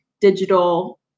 digital